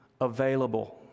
available